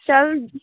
ਚਲ